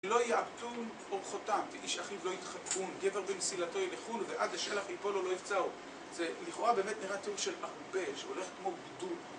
"... ולא יעבטון ארחותם, ואיש אחיו לא ידחקון. גבר במסלתו ילכון ובעד השלח יפלו לא יבצעו". זה, לכאורה, באמת נראה תיאור של הרבה, שהולך כמו גדוד.